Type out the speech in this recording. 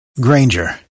Granger